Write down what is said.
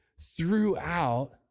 throughout